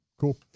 cool